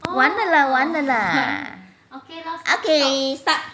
完了啦完了啦 okay stop